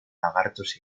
lagartos